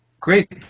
great